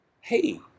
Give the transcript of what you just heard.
Hey